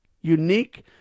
unique